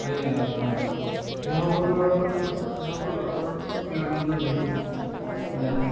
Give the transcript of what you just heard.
হয় কৃষকসকলৰ কৃষকসকল দেশৰ মেৰুদণ্ড যিহেতু আমি জানো